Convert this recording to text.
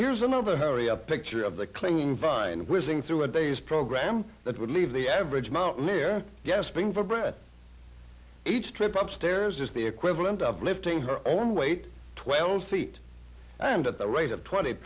here's another hurry up picture of the clinging vine whizzing through a day's program that would leave the average mountaineer gasping for breath each trip up stairs is the equivalent of lifting her own weight twelve feet and at the rate of twenty